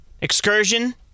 excursion